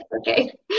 okay